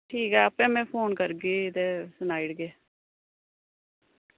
आपें में फोन करगी ते सनाई ओड़गे